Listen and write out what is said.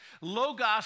Logos